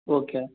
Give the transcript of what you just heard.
okay